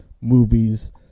movies